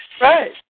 Right